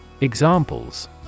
Examples